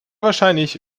wahrscheinlich